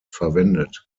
verwendet